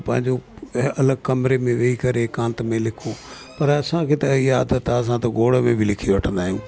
पंहिंजो अलॻि कमरे में वेही करे एकांत में लिखूं पर असांखे त ये आदात आहे असां त गोड़ में बि लिखी वठंदा आहियूं